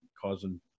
causing